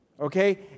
Okay